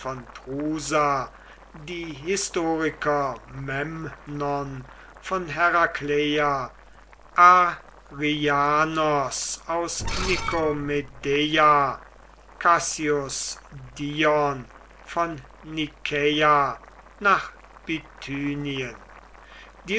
die historiker memnon von herakleia arrhianos aus nikomedeia cassius dion von nikäa nach bithynien